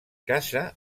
caça